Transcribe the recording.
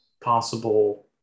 possible